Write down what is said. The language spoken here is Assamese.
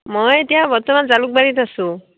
মই এতিয়া বৰ্তমান জালুকবাৰীত আছো